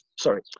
sorry